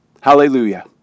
hallelujah